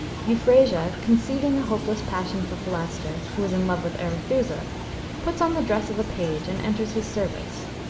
euphrasia, conceiving a hopeless passion for philaster who is in love with arethusa puts on the dress of a page and enters his service.